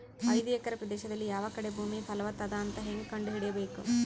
ಐದು ಎಕರೆ ಪ್ರದೇಶದಲ್ಲಿ ಯಾವ ಕಡೆ ಭೂಮಿ ಫಲವತ ಅದ ಅಂತ ಹೇಂಗ ಕಂಡ ಹಿಡಿಯಬೇಕು?